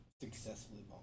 successfully